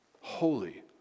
Holy